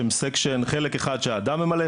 יש חלק אחד שהאדם ממלא,